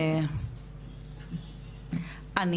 אני